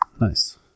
Nice